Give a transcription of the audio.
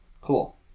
Cool